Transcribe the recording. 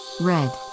red